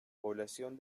población